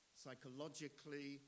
psychologically